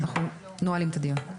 נועלים את הדיון.